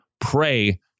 pray